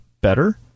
better